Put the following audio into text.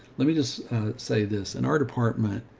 let me just say this in our department,